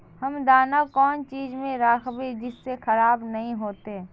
हम दाना कौन चीज में राखबे जिससे खराब नय होते?